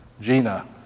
Gina